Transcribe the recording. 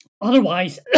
otherwise